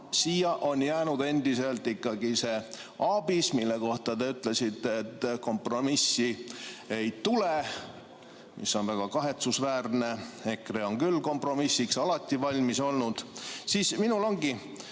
siia on jäänud endiselt ikkagi see ABIS, mille kohta te ütlesite, et kompromissi ei tule – see on väga kahetsusväärne, EKRE on küll kompromissiks alati valmis olnud –, siis minul ongi